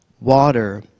Water